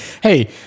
Hey